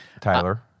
Tyler